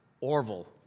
Orville